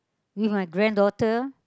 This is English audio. with my granddaughter